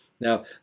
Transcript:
now